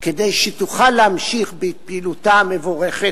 כדי שהיא תוכל להמשיך בפעילותה המבורכת,